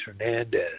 Hernandez